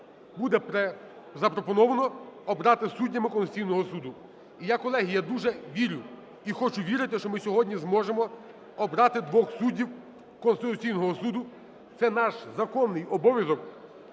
буде запропоновано обрати суддями Конституційного Суду. І я, колеги, я дуже вірю і хочу вірити, що ми сьогодні зможемо обрати двох суддів Конституційного Суду – це наш законний обов'язок,